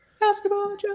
Basketball